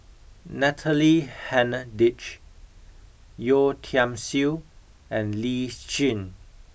Natalie Hennedige Yeo Tiam Siew and Lee Tjin